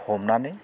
हमनानै